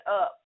up